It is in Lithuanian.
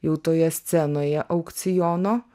jau toje scenoje aukciono